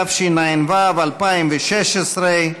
התשע"ו 2016,